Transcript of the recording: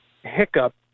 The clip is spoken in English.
hiccup